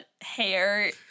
hair